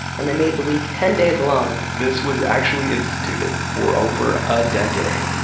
and they made the week ten days long this was actually instituted for over a decade,